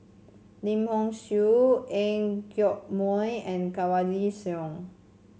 Lim Hock Siew Ang Yoke Mooi and Kanwaljit Soin